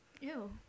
Ew